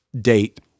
date